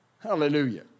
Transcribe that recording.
Hallelujah